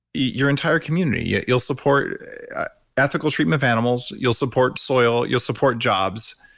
your entire community. yeah you'll support ethical treatment of animals, you'll support soil, you'll support jobs,